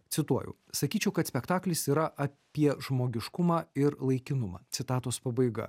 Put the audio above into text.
cituoju sakyčiau kad spektaklis yra apie žmogiškumą ir laikinumą citatos pabaiga